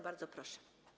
Bardzo proszę.